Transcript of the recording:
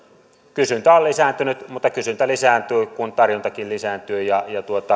kysyntä on lisääntynyt mutta kysyntä lisääntyy kun tarjontakin lisääntyy